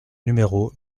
numéro